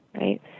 Right